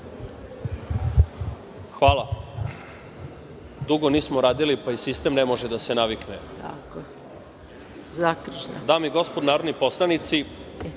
Hvala. Dugo nismo radili, pa i sistem ne može da se navikne. Dame i gospodo narodni poslanici,